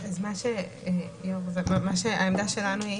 אז העמדה שלנו,